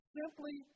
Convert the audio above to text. simply